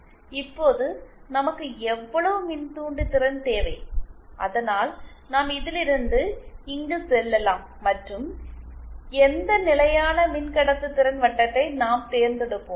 இப்போது நமக்கு எவ்வளவு மின்தூண்டுதிறன் தேவை அதனால் நாம் இதிலிருந்து இங்கு செல்லலாம் மற்றும் எந்த நிலையான மின்கடத்துதிறன் வட்டத்தை நாம் தேர்ந்தெடுப்போம்